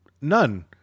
none